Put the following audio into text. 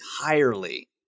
entirely